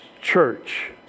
church